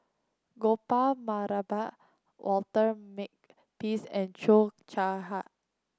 Gopal Baratham Walter Makepeace and Cheo Chai Hiang